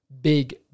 big